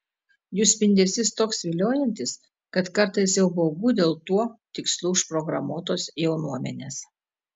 jų spindesys toks viliojantis kad kartais jau baugu dėl tuo tikslu užprogramuotos jaunuomenės